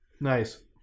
nice